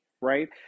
right